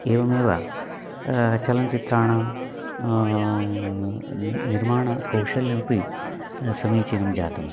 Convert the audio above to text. एवमेव चलनचित्राणां निर्माणकौशल्यमपि समीचीनं जातम्